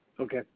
Okay